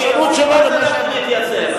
בדיוק מה שאמרתם.